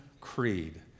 Creed